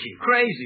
Crazy